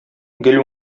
гел